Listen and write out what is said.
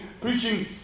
preaching